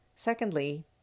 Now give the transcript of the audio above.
Secondly